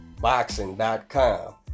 boxing.com